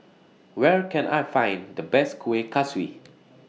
Where Can I Find The Best Kuih Kaswi